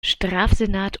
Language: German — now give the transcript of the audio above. strafsenat